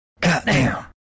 Goddamn